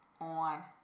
on